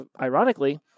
Ironically